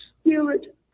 spirit